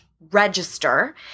register